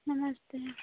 नमस्ते